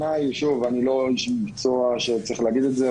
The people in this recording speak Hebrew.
ואני לא איש המקצוע שצריך להגיד את זה,